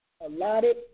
allotted